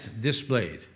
displayed